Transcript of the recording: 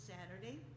Saturday